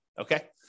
okay